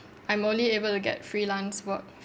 I'm only able to get freelance work